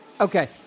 Okay